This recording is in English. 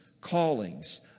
callings